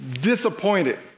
disappointed